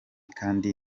kandi